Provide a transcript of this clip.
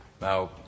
Now